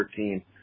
13